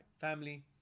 family